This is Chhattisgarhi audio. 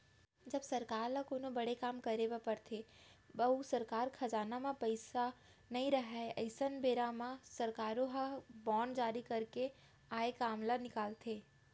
जब सरकार ल कोनो बड़े काम करे बर परथे अउ सरकारी खजाना म पइसा नइ रहय अइसन बेरा म सरकारो ह बांड जारी करके आए काम ल निकालथे